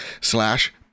Slash